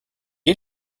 est